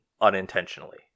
unintentionally